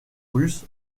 russe